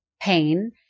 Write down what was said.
pain